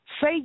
say